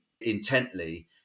intently